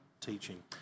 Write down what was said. teaching